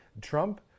Trump